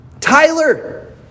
Tyler